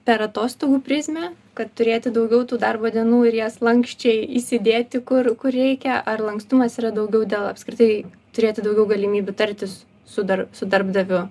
per atostogų prizmę kad turėti daugiau tų darbo dienų ir jas lanksčiai įsidėti kur kur reikia ar lankstumas yra daugiau dėl apskritai turėti daugiau galimybių tartis su dar su darbdaviu